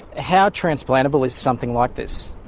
how transplantable is something like this?